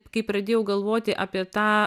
kai pradėjau galvoti apie tą